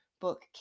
book